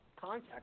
contact